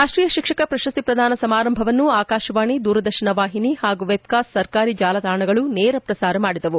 ರಾಷ್ಷೀಯ ಶಿಕ್ಷಕ ಪ್ರಶಸ್ತಿ ಪ್ರದಾನ ಸಮಾರಂಭವನ್ನು ಆಕಾಶವಾಣಿ ದೂರದರ್ಶನ ವಾಹಿನಿಗಳು ಹಾಗೂ ವೆಬ್ಕಾಸ್ಟ್ ಸರ್ಕಾರಿ ಜಾಲತಾಣಗಳು ನೇರ ಪ್ರಸಾರ ಮಾಡಿದವು